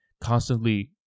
constantly